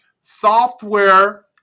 software